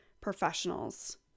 professionals